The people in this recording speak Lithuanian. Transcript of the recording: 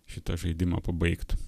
šitą žaidimą pabaigt